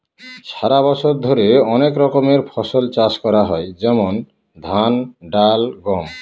সারা বছর ধরে অনেক রকমের ফসল চাষ করা হয় যেমন ধান, ডাল, গম